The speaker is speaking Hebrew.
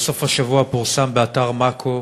בסוף השבוע פורסם באתר "מאקו"